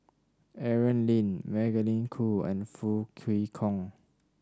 Aaron Lee Magdalene Khoo and Foo Kwee Horng